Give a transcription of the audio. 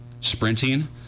sprinting